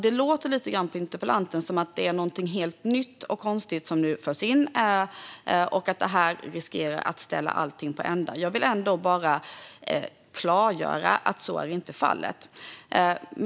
Det låter lite grann på interpellanten som att det är någonting helt nytt och konstigt som nu införs och att det riskerar att ställa allting på ända. Jag vill då bara klargöra att så inte är fallet.